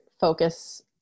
focus